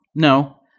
no.